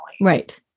Right